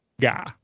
guy